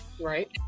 Right